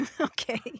Okay